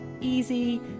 easy